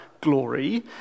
glory